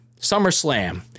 SummerSlam